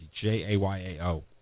J-A-Y-A-O